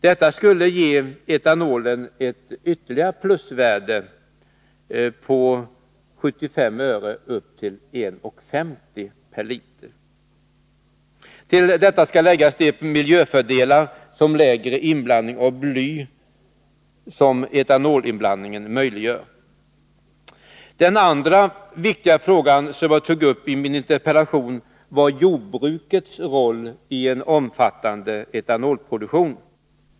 Detta skulle ge etanolen ett ytterligare plusvärde på bortåt 75 öre—1 kr. 50 öre per liter. Till detta skall läggas de miljöfördelar av lägre inblandning av bly som etanolinblandningen möjliggör. Den andra mycket viktiga fråga som jag tog upp i min interpellation var jordbrukets roll i en omfattande etanolproduktion.